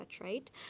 right